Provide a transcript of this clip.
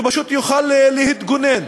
שפשוט יוכל להתגונן.